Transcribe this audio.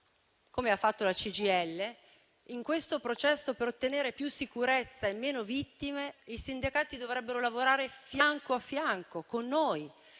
come ha fatto la CGIL - in questo processo per ottenere più sicurezza e meno vittime, i sindacati dovrebbero lavorare fianco a fianco con noi,